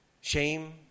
shame